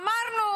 אמרנו